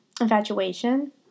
infatuation